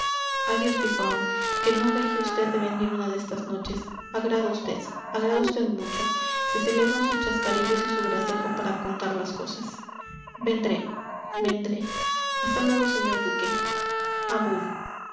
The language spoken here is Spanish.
adiós adiós pipaón que no deje vd de venir una de estas noches agrada vd agrada usted mucho se celebran sus chascarrillos y su gracejo para contar las cosas vendré vendré hasta luego señor duque abur